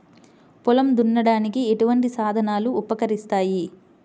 పొలం దున్నడానికి ఎటువంటి సాధనలు ఉపకరిస్తాయి?